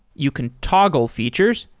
you can toggle features.